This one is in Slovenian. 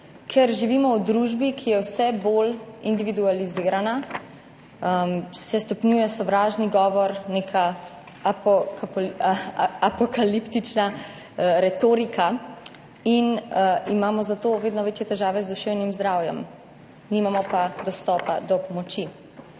ker živimo v družbi, ki je vse bolj individualizirana, kjer se stopnjuje sovražni govor, neka apokaliptična retorika in imamo zato vedno večje težave z duševnim zdravjem, nimamo pa dostopa do pomoči.